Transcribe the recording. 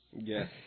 Yes